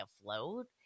afloat